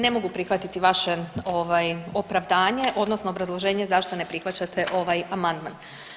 Ne mogu prihvatiti vaše opravdanje, odnosno obrazloženje zašto ne prihvaćate ovaj amandman.